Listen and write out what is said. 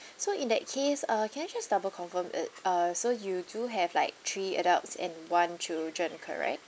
so in that case uh can I just double confirm uh uh so you do have like three adults and one children correct